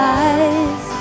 eyes